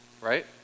Right